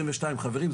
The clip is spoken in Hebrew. חברים,